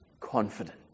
confident